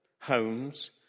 homes